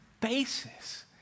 basis